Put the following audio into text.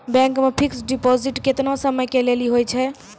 Bank मे fixed deposit केतना समय के लेली होय छै?